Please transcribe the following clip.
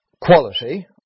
quality